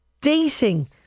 Dating